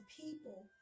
people